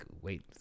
wait